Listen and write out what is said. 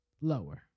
lower